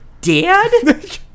Dad